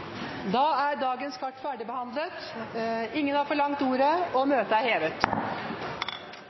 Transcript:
er dagens kart ferdigbehandlet. Forlanger noen ordet før møtet heves? – Møtet er hevet.